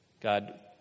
God